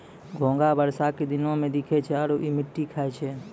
घोंघा बरसा के दिनोॅ में दिखै छै आरो इ मिट्टी खाय छै